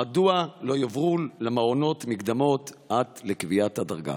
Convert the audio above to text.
מדוע לא יועברו למעונות מקדמות עד לקביעת הדרגה?